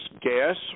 gas